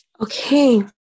Okay